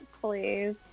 please